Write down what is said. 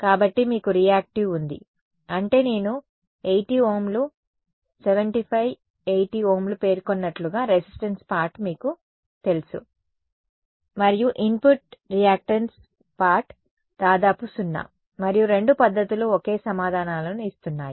కాబట్టి మీకు రియాక్టివ్ ఉంది అంటే నేను 80 ఓంలు 7580 ఓంలు పేర్కొన్నట్లుగా రెసిస్టెన్స్ పార్ట్ మీకు తెలుసు మరియు ఇన్పుట్ రియాక్టెన్స్ పార్ట్ దాదాపు 0 మరియు రెండు పద్ధతులు ఒకే సమాధానాలను ఇస్తున్నాయి